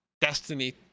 Destiny